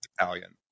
Italian